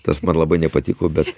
tas man labai nepatiko bet